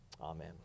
amen